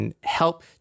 help